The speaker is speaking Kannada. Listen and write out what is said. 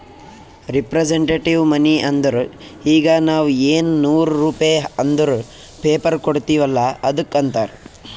ರಿಪ್ರಸಂಟೆಟಿವ್ ಮನಿ ಅಂದುರ್ ಈಗ ನಾವ್ ಎನ್ ನೂರ್ ರುಪೇ ಅಂದುರ್ ಪೇಪರ್ ಕೊಡ್ತಿವ್ ಅಲ್ಲ ಅದ್ದುಕ್ ಅಂತಾರ್